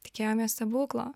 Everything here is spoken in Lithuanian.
tikėjomės stebuklo